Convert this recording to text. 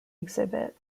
exhibit